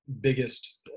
biggest